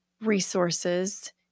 resources